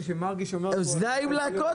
אנחנו מקריאים את סעיף 5א1 ו-5א.2 משום מה,